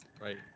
Right